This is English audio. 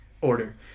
order